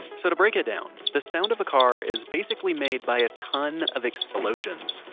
so to break it down, the sound of a car is basically made by a ton of explosions.